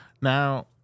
Now